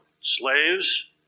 slaves